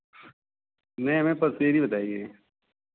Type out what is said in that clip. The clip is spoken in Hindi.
नहीं हमें पसेरी बताइए